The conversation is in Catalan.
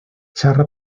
xarra